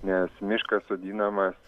nes miškas sodinamas